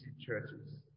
churches